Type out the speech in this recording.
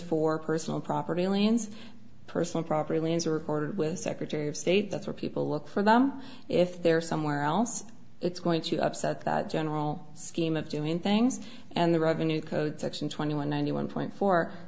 for personal property liens personal properly is recorded with the secretary of state that's where people look for them if they're somewhere else it's going to upset that general scheme of doing things and the revenue code section twenty one ninety one point four